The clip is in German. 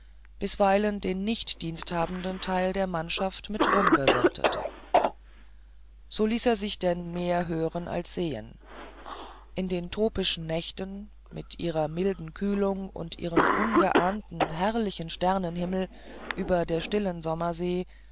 bisweilen den nicht diensthabenden teil der mannschaft mit rum bewirtete so ließ er sich denn mehr hören als sehen in den tropischen nächten mit ihrer milden kühlung und ihrem ungeahnten herrlichen sternenhimmel über der stillen